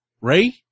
Ray